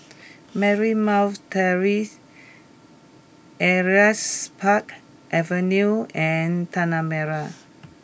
Marymount Terrace Elias Park Avenue and Tanah Merah